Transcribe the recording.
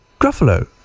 Gruffalo